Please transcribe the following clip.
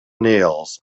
nails